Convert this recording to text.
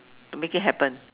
to make it happen